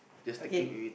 okay